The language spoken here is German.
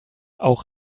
auch